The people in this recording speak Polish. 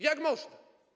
Jak można?